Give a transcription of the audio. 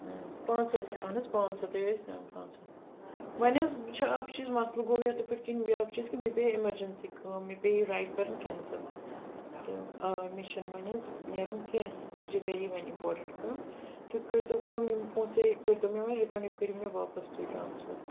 ٲں پانٛژھ ہَتھ اہن حظ پانٛژھ ہَتھ ہے ٲسۍ اۭں پانٛژھ ہَتھ وۄنۍ حظ چھِ اَکھ چیٖز مَسلہٕ گوٚو یِتھ پٮ۪ٹھۍ کِنۍ بیٛاکھ چیٖز کہِ مےٚ پیٚے ایٚمَرجیٚنسی کٲم مےٚ پیٚے یہِ رایڈ کَرٕنۍ کیٚنسَل تہٕ آ مےٚ چھُنہٕ وۄنۍ حظ نیرُن کیٚنٛہہ مےٚ چھِ گھرے وۄنۍ اِمپارٹیٚنٹ کٲم تُہۍ کٔرۍ تو کٲم یِم پونٛسے کٔرۍ تو مےٚ وۄنۍ رِفَنڈ یِم کٔرِو مےٚ واپَس تُہۍ ٹرٛانسفَر